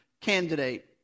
candidate